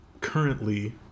currently